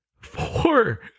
Four